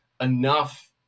enough